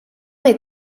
est